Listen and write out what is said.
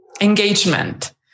engagement